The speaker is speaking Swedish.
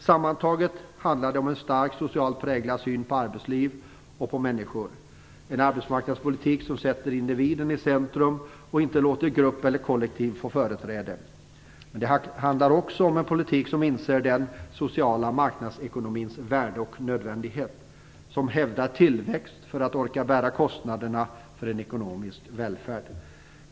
Sammantaget handlar det om en starkt social präglad syn på arbetsliv och på människor, det är en arbetsmarknadspolitik som sätter individen i centrum och inte låter grupp eller kollektiv få företräde. Men det är också en politik som inser den sociala marknadsekonomins värde och nödvändighet, som hävdar att tillväxt är nödvändigt för att vi skall orka bära kostnaderna för en ekonomisk välfärd.